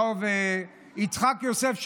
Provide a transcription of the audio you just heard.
הרב יצחק יוסף,